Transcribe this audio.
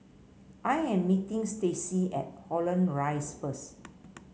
I am meeting Stacie at Holland Rise first